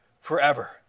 forever